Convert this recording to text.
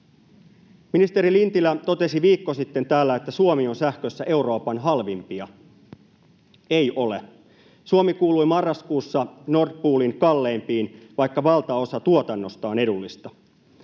Ministeri Lintilä totesi viikko sitten täällä, että Suomi on sähkössä Euroopan halvimpia. Ei ole. Suomi kuului marraskuussa Nord Poolin kalleimpiin, vaikka valtaosa tuotannosta on edullista.